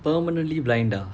permanently blind ah